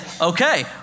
okay